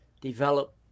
develop